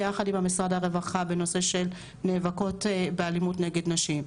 ביחד עם משרד הרווחה בנושא של נאבקות באלימות נגד נשים.